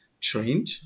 trained